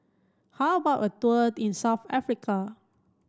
how about a tour in South Africa